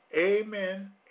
amen